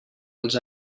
els